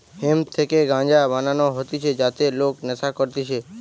hemp থেকে গাঞ্জা বানানো হতিছে যাতে লোক নেশা করতিছে